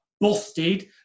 busted